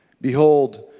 behold